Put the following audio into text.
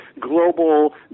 global